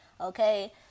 Okay